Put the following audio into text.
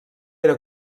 era